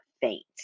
faint